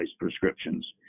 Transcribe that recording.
prescriptions